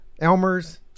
Elmer's